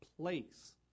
place